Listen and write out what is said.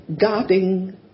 guarding